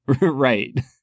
Right